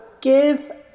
give